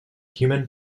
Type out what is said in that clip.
human